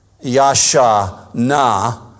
Yasha-na